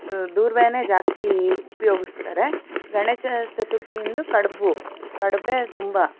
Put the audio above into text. ದೂರ್ವೆನೇ ಜಾಸ್ತಿ ಉಪಯೋಗಿಸ್ತಾರೆ ಗಣೇಶ ಚತುರ್ಥಿಯಂದು ಕಡುಬು ಕಡುಬೇ ತುಂಬ